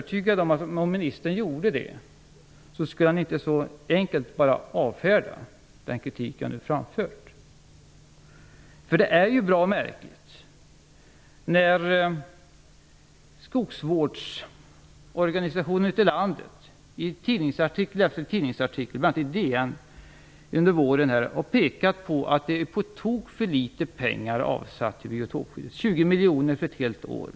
Om ministern gjorde det är jag övertygad om att han inte så enkelt skulle avfärda den kritik jag nu framfört. Skogsvårdsorganisationerna ute i landet har i tidningsartikel efter tidningsartikel bl.a. i DN pekat på att det är på tok för litet pengar avsatta för biotopsskyddet, 20 miljoner för ett helt år.